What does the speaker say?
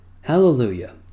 Hallelujah